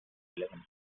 eleven